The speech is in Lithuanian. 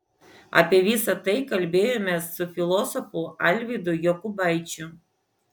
apie visa tai kalbėjomės su filosofu alvydu jokubaičiu